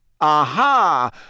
Aha